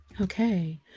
Okay